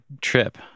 trip